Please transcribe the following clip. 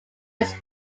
his